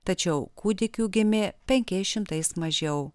tačiau kūdikių gimė penkiais šimtais mažiau